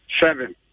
seven